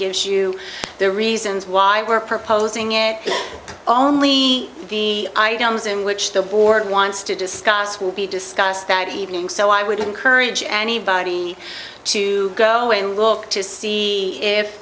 gives you the reasons why we're proposing it only the items in which the board wants to discuss will be discussed that evening so i would encourage anybody to go away and look to see if